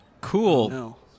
Cool